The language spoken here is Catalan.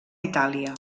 itàlia